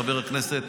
חבר הכנסת